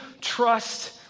trust